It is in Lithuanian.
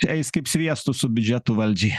eis kaip sviestu su biudžetu valdžiai